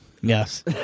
Yes